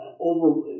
over